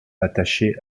attachées